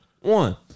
One